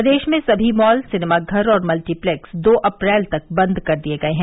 प्रदेश में सभी mall cinema घर और मल्टीप्लेक्स दो अप्रैल तक बंद कर दिए गए हैं